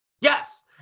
Yes